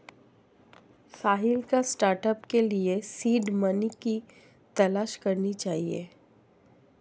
साहिल को स्टार्टअप के लिए सीड मनी की तलाश करनी चाहिए